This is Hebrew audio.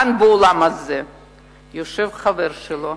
כאן באולם הזה יושב חבר שלו,